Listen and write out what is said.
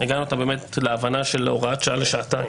הגענו איתם להבנה של הוראת שעה לשנתיים.